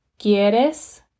Quieres